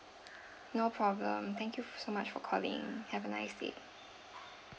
no problem thank you so much for calling have a nice day